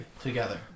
together